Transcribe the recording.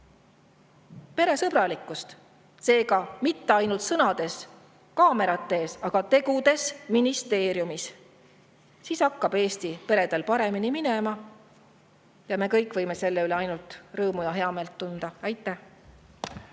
peresõbralikkust. Seega, mitte ainult sõnades kaamerate ees, vaid ka tegudes ministeeriumis. Siis hakkab Eesti peredel paremini minema ja me kõik võime selle üle ainult rõõmu ja heameelt tunda. Aitäh!